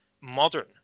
modern